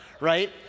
right